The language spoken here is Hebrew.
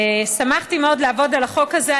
שמחתי מאוד לעבוד על החוק הזה.